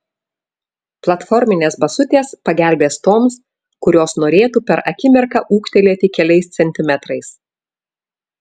platforminės basutės pagelbės toms kurios norėtų per akimirką ūgtelėti keliais centimetrais